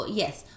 yes